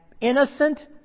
innocent